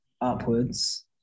upwards